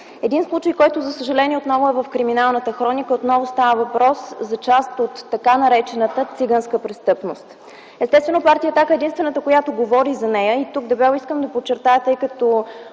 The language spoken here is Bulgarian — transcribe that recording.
Един случай, който, за съжаление, отново е в криминалната хроника. Отново става въпрос за част от така наречената циганска престъпност. Естествено партия „Атака” е единствената, която говори за нея, и тук дебело искам да подчертая, тъй като